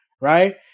right